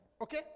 Okay